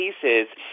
cases